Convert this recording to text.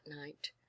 night